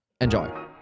Enjoy